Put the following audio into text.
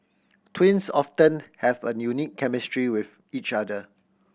twins often have a unique chemistry with each other